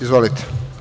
Izvolite.